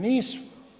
Nisu.